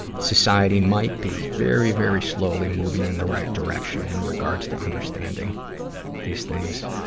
society might be very, very slowly moving in the right direction in regards to understanding these things.